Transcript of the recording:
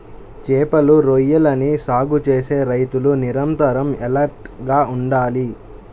చేపలు, రొయ్యలని సాగు చేసే రైతులు నిరంతరం ఎలర్ట్ గా ఉండాలి